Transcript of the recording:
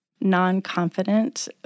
non-confident